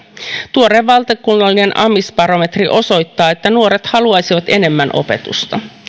tuore valtakunnallinen amisbarometri osoittaa että nuoret haluaisivat enemmän opetusta